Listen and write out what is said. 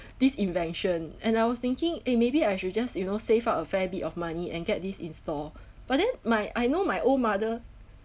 this invention and I was thinking eh maybe I should just you know save up a fair bit of money and get this install but then my I know my old mother